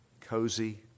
cozy